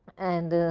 and